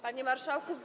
Panie Marszałku!